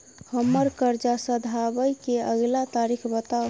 हम्मर कर्जा सधाबई केँ अगिला तारीख बताऊ?